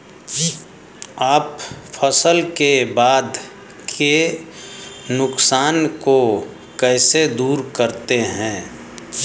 आप फसल के बाद के नुकसान को कैसे दूर करते हैं?